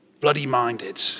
bloody-minded